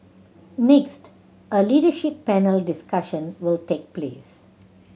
next a leadership panel discussion will take place